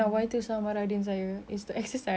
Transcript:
saya nak bersenam saya betul saya nak bersenam